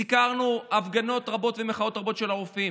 סיקרנו הפגנות רבות ומחאות רבות של הרופאים,